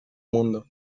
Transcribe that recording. mundo